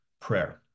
prayer